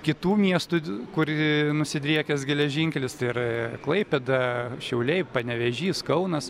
kitų miestų kur nusidriekęs geležinkelis tai ir klaipėda šiauliai panevėžys kaunas